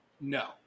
no